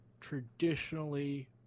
traditionally